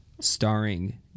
starring